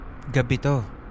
Gabito